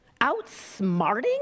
outsmarting